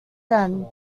then